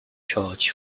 choice